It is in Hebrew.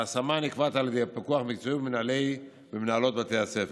ההשמה נקבעת על ידי הפיקוח המקצועי ומנהלי ומנהלות בתי הספר.